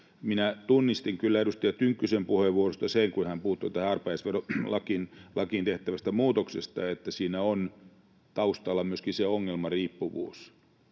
Minä tunnistin kyllä edustaja Tynkkysen puheenvuorosta sen, kun hän puuttui tähän arpajaisverolakiin tehtävään muutokseen, että siinä on taustalla myöskin se ongelmariippuvuus,